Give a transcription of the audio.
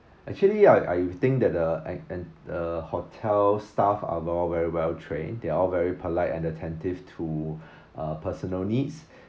actually I I think that uh and and uh hotel staff are all very well trained they all very polite and attentive to uh personal needs